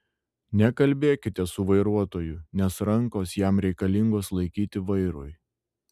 nekalbėkite su vairuotoju nes rankos jam reikalingos laikyti vairui